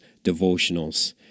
devotionals